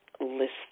list